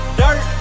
dirt